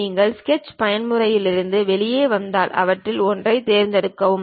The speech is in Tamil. நீங்கள் ஸ்கெட்ச் பயன்முறையிலிருந்து வெளியே வந்தால் அவற்றில் ஒன்றைத் தேர்ந்தெடுக்கவும்